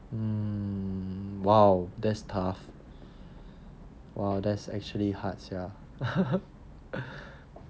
mm !wow! that's tough err that's actually hard sia